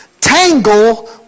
tangle